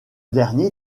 dernier